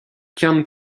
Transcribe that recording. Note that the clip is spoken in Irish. ceann